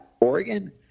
Oregon